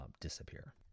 disappear